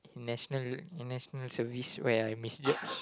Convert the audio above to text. in National in National Service where I misled